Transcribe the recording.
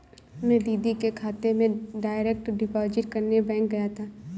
मैं दीदी के खाते में डायरेक्ट डिपॉजिट करने बैंक गया था